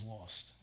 lost